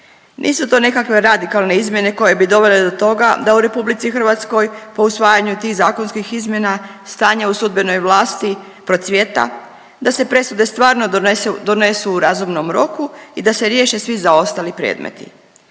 Nisu to nekakve radikalne izmjene koje bi dovele do toga da u RH po usvajanju tih zakonskih izmjena stanje u sudbenoj vlasti procvjeta, da se presude stvarno donesu, donesu u razumnom roku i da se riješe svi zaostali predmeti,